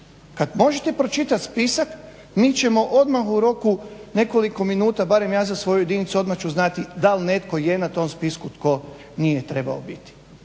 Možete pročitati spisak mi ćemo odmah u roku nekoliko minuta barem ja za svoju jedinicu odmah ću znati dal netko je na tom spisku tko nije trebao biti.